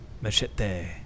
Machete